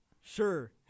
Sure